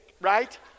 right